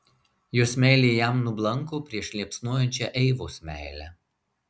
jos meilė jam nublanko prieš liepsnojančią eivos meilę